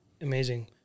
Amazing